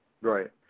Right